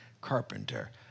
carpenter